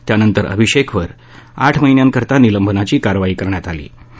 त्यानंतर अभिषेकवर आठ महिन्यांकरता निलंबनाची कारवाई केली होती